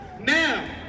Now